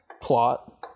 plot